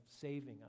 saving